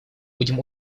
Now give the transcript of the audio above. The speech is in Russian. будем